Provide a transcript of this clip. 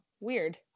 weird